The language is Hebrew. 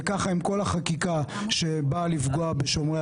זה ככה עם כל החקיקה שבאה לפגוע בשומרי